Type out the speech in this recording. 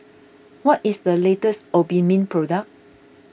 what is the latest Obimin product